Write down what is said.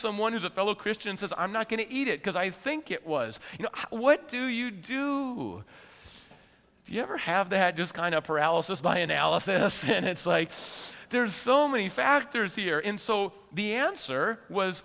someone who's a fellow christians i'm not going to eat it because i think it was you know what do you do you ever have they had just kind of paralysis by analysis and it's like there's so many factors here in so the answer was